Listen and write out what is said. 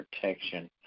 protection